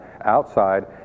outside